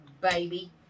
baby